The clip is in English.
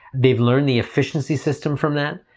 they've learned the efficiency system from them.